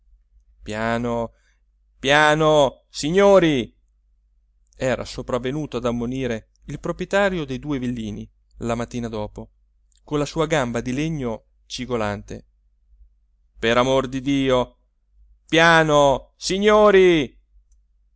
tutti piano piano signori era sopravvenuto ad ammonire il proprietario dei due villini la mattina dopo con la sua gamba di legno cigolante per amor di dio piano signori